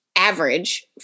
average